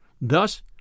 Thus